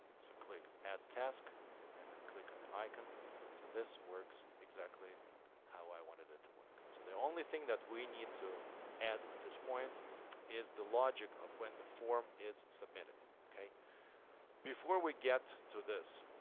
so click add task and then click on the icon so this works exactly how i wanted it to work so the only thing that we need to add at this point is the logic of when the form is submitted okay before we get to this